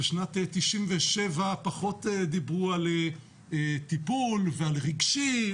בשנת 97' פחות דיברו על טיפול ועל רגשי.